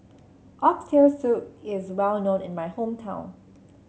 Oxtail Soup is well known in my hometown